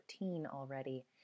Already